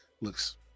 looks